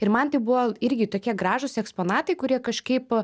ir man tai buvo irgi tokie gražūs eksponatai kurie kažkaip